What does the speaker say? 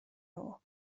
nhw